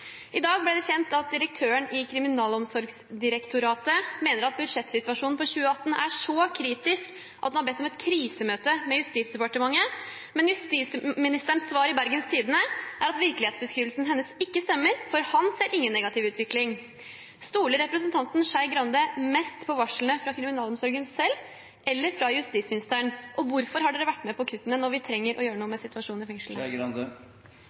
I dag ble det kjent at direktøren i Kriminalomsorgsdirektoratet mener at budsjettsituasjonen for 2018 er så kritisk at en har bedt om et krisemøte med Justisdepartementet. Justisministerens svar i Bergens Tidende er at virkelighetsbeskrivelsen hennes ikke stemmer, for han ser ingen negativ utvikling. Stoler representanten Skei Grande mest på varslene fra kriminalomsorgen selv eller på svaret fra justisministeren? Og hvorfor har dere vært med på kuttene når vi trenger å gjøre noe med situasjonen i